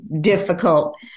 difficult